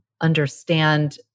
understand